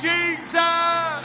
Jesus